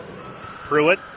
Pruitt